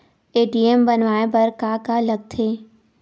ATM बनवाय बर का का लगथे?